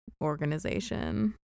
organization